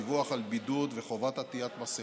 דיווח על בידוד וחובת עטיית מסכות.